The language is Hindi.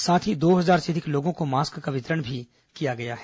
साथ ही दो हजार से अधिक लोगों को मास्क का वितरण भी किया गया है